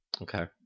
okay